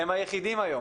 הם היחידים היום